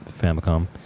Famicom